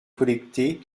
collectées